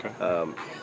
Okay